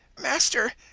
master,